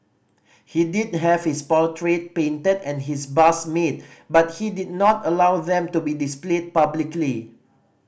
he did have his portrait painted and his bust made but he did not allow them to be displayed publicly